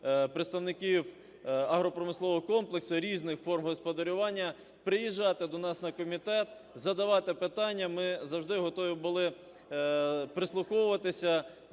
представників агропромислового комплексу різних форм господарювання приїжджати до нас на комітет, задавати питання, - ми завжди готові були прислуховуватися